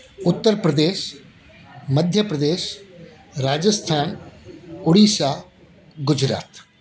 Uttar Pradesh Madhya Pradesh Rajasthan Orissa Gujarat